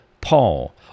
Paul